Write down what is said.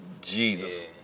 Jesus